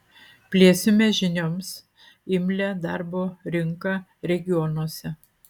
plėsime žinioms imlią darbo rinką regionuose